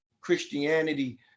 Christianity